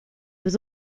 was